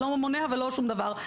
לא מונע ולא שום דבר.